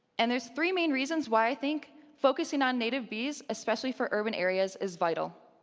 and there's three main reasons why i think focusing on native bees, especially for urban areas, is vital.